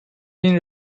been